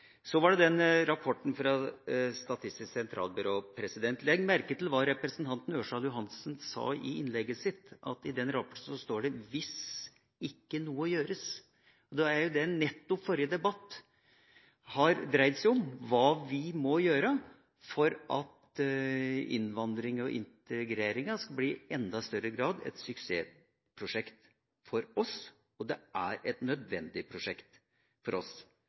Så var det rapporten fra Statistisk sentralbyrå. Legg merke til hva representanten Ørsal Johansen sa i innlegget sitt, at det i den rapporten står «hvis intet endres». Det var jo nettopp det forrige debatt dreide seg om, hva vi må gjøre for at innvandring og integrering i enda større grad skal bli et suksessprosjekt for oss. Det er et nødvendig prosjekt for oss.